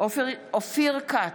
אופיר כץ,